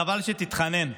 חבל שתתחנן.